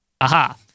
Aha